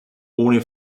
ohne